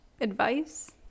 advice